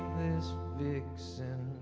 this vixen